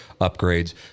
upgrades